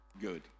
Good